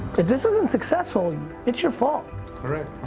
if this isn't successful it's your fault correct,